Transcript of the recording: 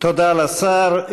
תודה לשר.